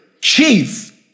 chief